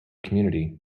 community